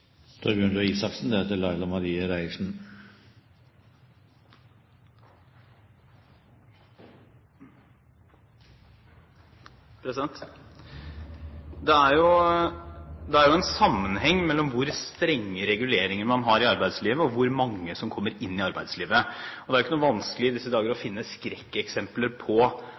Det er jo en sammenheng mellom hvor strenge reguleringer man har i arbeidslivet, og hvor mange som kommer inn i arbeidslivet. Det er ikke noe vanskelig i disse dager å finne skrekkeksempler på